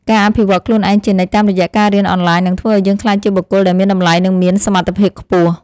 ការអភិវឌ្ឍន៍ខ្លួនឯងជានិច្ចតាមរយៈការរៀនអនឡាញនឹងធ្វើឱ្យយើងក្លាយជាបុគ្គលដែលមានតម្លៃ និងមានសមត្ថភាពខ្ពស់។